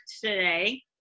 today